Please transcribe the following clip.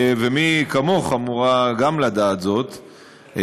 מי כמוך אמורה גם לדעת זאת,